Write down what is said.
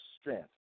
strength